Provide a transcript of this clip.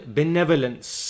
benevolence